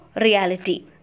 reality